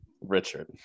Richard